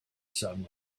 sun